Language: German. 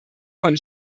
von